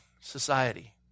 society